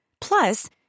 Plus